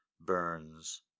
burns